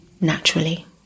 naturally